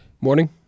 Morning